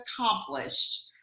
accomplished